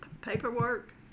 paperwork